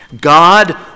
God